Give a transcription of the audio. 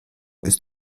ist